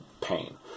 pain